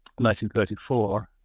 1934